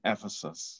Ephesus